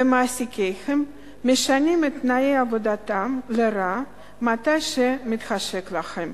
ומעסיקיהם משנים את תנאי עבודתם לרעה מתי שמתחשק להם.